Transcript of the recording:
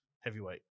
heavyweight